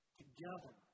together